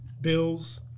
Bills